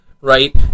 right